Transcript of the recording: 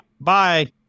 Bye